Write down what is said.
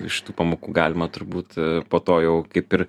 iš tų pamokų galima turbūt po to jau kaip ir